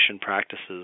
practices